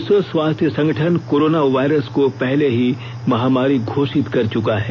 विश्व स्वास्थ्य संगठन कोरोना वायरस को पहले ही महामारी घोषित कर चुका है